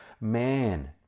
man